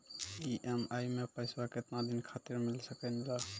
EMI मैं पैसवा केतना दिन खातिर मिल सके ला?